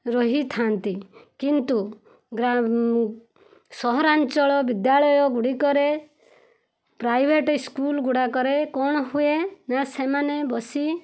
ରହିଥାନ୍ତି କିନ୍ତୁ ସହରାଞ୍ଚଳ ବିଦ୍ୟାଳୟଗୁଡ଼ିକରେ ପ୍ରାଇଭେଟ୍ ସ୍କୁଲ୍ ଗୁଡ଼ାକରେ କ'ଣ ହୁଏ ନା ସେମାନେ ବସି